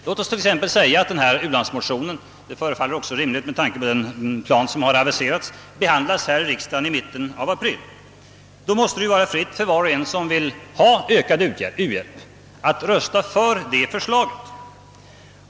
Låt oss t.ex. säga att denna u-lands motion — det förefaller också rimligt med tanke på den plan som har aktualiserats — behandlas här i riksdagen i mitten av april. Då måste det stå fritt för var och en som vill ha ökad u-hjälp att rösta för det förslaget.